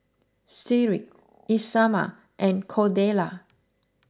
Tyrik Isamar and Cordella